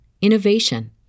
innovation